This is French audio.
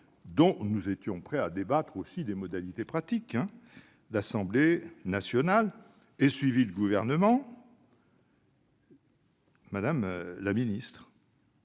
dont nous étions prêts à débattre des modalités pratiques, l'Assemblée nationale ait suivi le Gouvernement. On peut en effet